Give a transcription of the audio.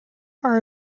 are